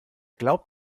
glaubt